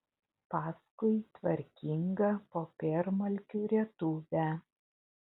paskui tvarkingą popiermalkių rietuvę